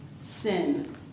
Sin